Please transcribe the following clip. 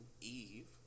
Eve